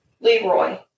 Leroy